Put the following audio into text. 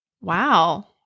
Wow